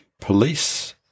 police